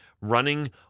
running